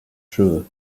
cheveux